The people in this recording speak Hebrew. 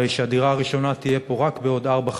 הרי הדירה הראשונה תהיה פה רק בעוד ארבע,